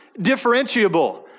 differentiable